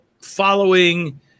following